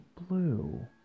blue